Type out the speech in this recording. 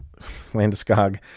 Landeskog